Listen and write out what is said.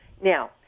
Now